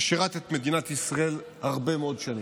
הוא שירת את מדינת ישראל הרבה מאוד שנים.